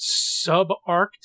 subarctic